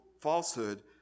falsehood